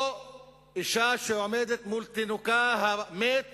או אשה שעומדת מול תינוקה המת